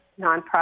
nonprofit